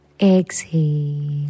exhale